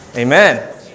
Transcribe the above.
Amen